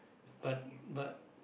but but